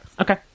Okay